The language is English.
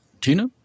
Tina